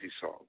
song